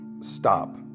stop